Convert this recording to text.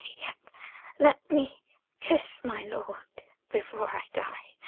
yet let me kiss my lord before i die,